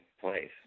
place